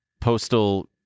postal